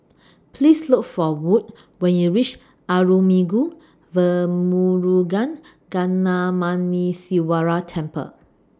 Please Look For Wood when YOU REACH Arulmigu Velmurugan Gnanamuneeswarar Temple